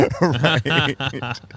Right